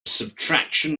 subtraction